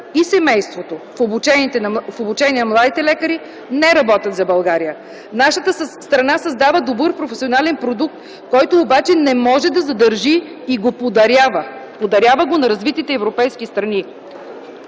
и семейството в обучението на младите лекари не работят за България. Нашата страна създава добър професионален продукт, който обаче не може да задържи и го подарява на развитите европейски страни.